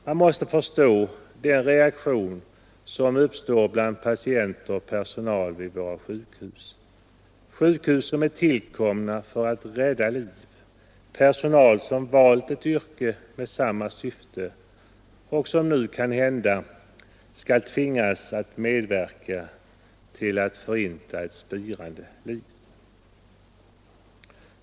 Man måste förstå den reaktion som uppstår bland patienter och personal på våra sjukhus, sjukhus som är tillkomna för att rädda liv och personal som valt ett yrke i samma syfte och som nu kanhända skall tvingas medverka till att förinta ett spirande liv.